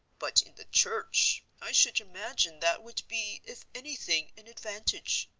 but in the church i should imagine that would be, if anything, an advantage.